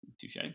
Touche